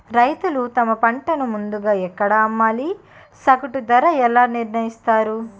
రైతులు తమ పంటను ముందుగా ఎక్కడ అమ్మాలి? సగటు ధర ఎలా నిర్ణయిస్తారు?